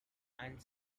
and